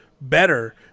better